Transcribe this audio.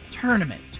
tournament